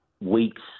weeks